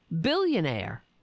billionaire